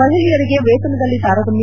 ಮಹಿಳೆಯರಿಗೆ ವೇತನದಲ್ಲಿ ತಾರತಮ್ಮ